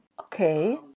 okay